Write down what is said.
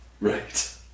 Right